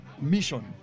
mission